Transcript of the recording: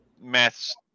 maths